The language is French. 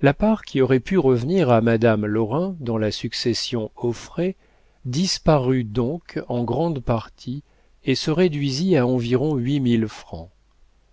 la part qui aurait pu revenir à madame lorrain dans la succession auffray disparut donc en grande partie et se réduisit à environ huit mille francs